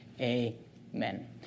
Amen